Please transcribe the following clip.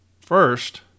First